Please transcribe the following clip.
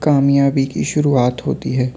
کامیابی کی شروعات ہوتی ہے